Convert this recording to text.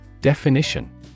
Definition